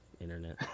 internet